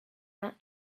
that